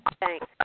Thanks